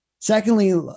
Secondly